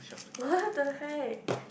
what the heck